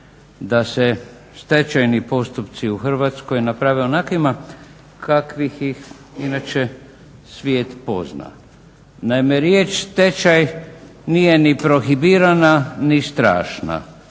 da se stečajni postupci u Hrvatskoj naprave onakvima kakvim ih inače svijet pozna. Naime, riječ stečaj nije ni prohibirana ni strašna